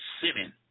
sinning